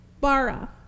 Bara